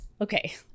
Okay